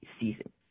season